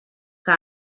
que